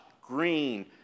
green